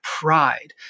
pride